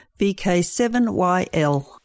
VK7YL